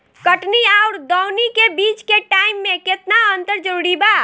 कटनी आउर दऊनी के बीच के टाइम मे केतना अंतर जरूरी बा?